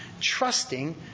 trusting